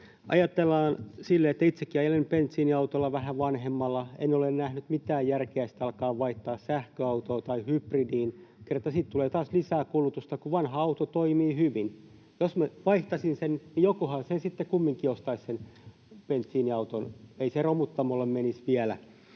Ajatellaan sitä, että itsekin ajelen bensiiniautolla, vähän vanhemmalla — en ole nähnyt mitään järkeä sitä alkaa vaihtaa sähköautoon tai hybridiin, kerta siitä tulee taas lisää kulutusta, kun vanha auto toimii hyvin. Jos minä vaihtaisin sen, niin jokuhan sitten kumminkin ostaisi sen bensiiniauton, ei se romuttamolle menisi vielä.